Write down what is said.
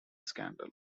scandal